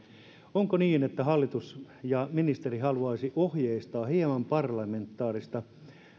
onko niin että hallitus ja ministeri haluaisivat ohjeistaa hieman parlamentaarista